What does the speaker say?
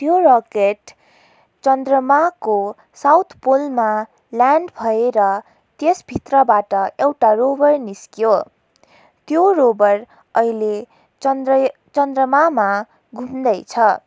त्यो रकेट चन्द्रमाको south पोलमा land भएर त्यसभित्रबाट एउटा रोबर निस्क्यो त्यो रोबर अहिले चन्द्र चन्द्रमामा घुम्दैछ